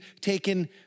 taken